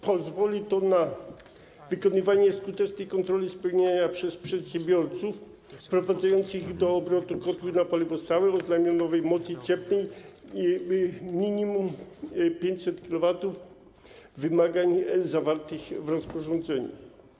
Pozwoli to na wykonywanie skutecznej kontroli spełniania przez przedsiębiorców wprowadzających do obrotu kotły na paliwo stałe o znamionowej mocy cieplnej minimum 500 kW wymagań zawartych w rozporządzeniu.